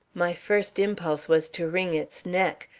my first impulse was to wring its neck,